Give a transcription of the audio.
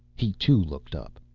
he too looked up.